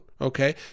Okay